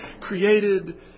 created